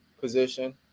position